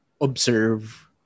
observe